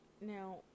Now